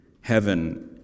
Heaven